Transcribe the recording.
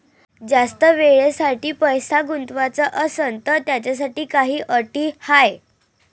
जास्त वेळेसाठी पैसा गुंतवाचा असनं त त्याच्यासाठी काही अटी हाय?